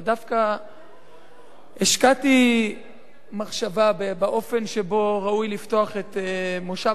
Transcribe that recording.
אבל דווקא השקעתי מחשבה באופן שבו ראוי לפתוח את מושב